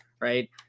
right